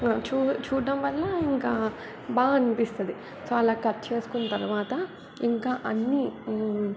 చూ చూడడం వల్ల ఇంకా బా అనిపిస్తుంది సో అలా కట్ చేసుకున్న తర్వాత ఇంకా అన్నీ